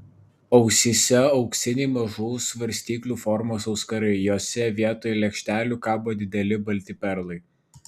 ausyse auksiniai mažų svarstyklių formos auskarai jose vietoj lėkštelių kabo dideli balti perlai